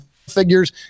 figures